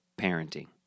parenting